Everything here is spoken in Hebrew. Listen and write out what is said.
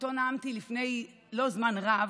שאותו נאמתי לפני זמן לא רב,